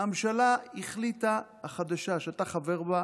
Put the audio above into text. הממשלה החליטה, החדשה, שאתה חבר בה,